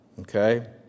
Okay